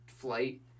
Flight